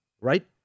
right